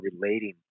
relating